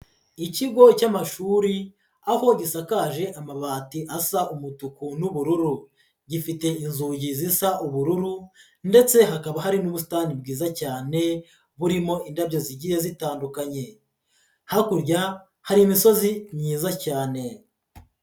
Ikigo cy'amashuri aho gisataje amabati asa umutuku n'ubururu, gifite inzugi zisa ubururu ndetse hakaba hari n'ubusitani bwiza cyane burimo indabyo zigiye zitandukanye, hakurya hari imisozi myiza cyane.